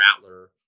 Rattler